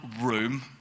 room